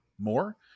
more